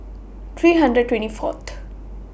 three hundred and twenty Fourth